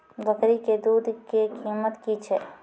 बकरी के दूध के कीमत की छै?